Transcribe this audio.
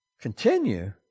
Continue